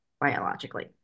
biologically